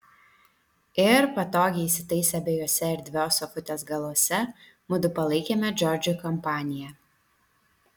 ir patogiai įsitaisę abiejuose erdvios sofutės galuose mudu palaikėme džordžui kompaniją